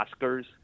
Oscars